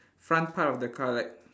front part of the car like